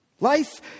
Life